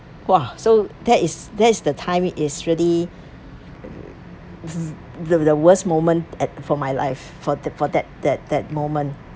!wah! so that is that is the time it's really uh the the worst moment at for my life for that for that that that moment